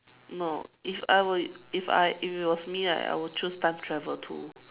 no if I were if I if it was me right I would choose time travel too